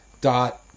Dot